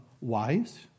wise